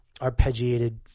arpeggiated